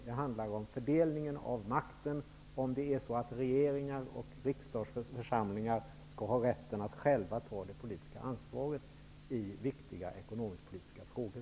Det handlar om fördelningen av makten, om regeringar och riksdagsförsamlingar skall ha rätten att själva ta det politiska ansvaret i viktiga ekonomisk-politiska frågor.